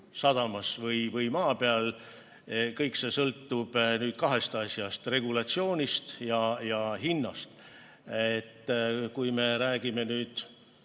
sadamas või maa peal, see sõltub kahest asjast: regulatsioonist ja hinnast. Kui me räägime